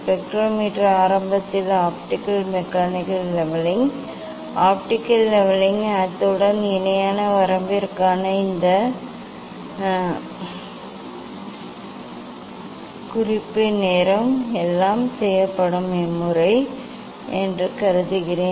spectrometer ஆரம்பத்தில் optical mechanical levelling optical levelling அத்துடன் இணையான வரம்பிற்கான இந்த குறிப்பு நேரம் 0339 எல்லாம் செய்யப்படும் முறை என்று கருதுகிறேன்